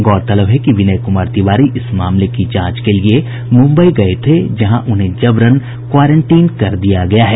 गौरतलब है कि विनय कुमार तिवारी इस मामले की जांच के लिये मुंबई गये थे जहां उन्हें जबरन क्वारेंटीन कर दिया गया है